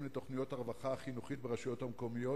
לתוכניות הרווחה החינוכית ברשויות המקומיות,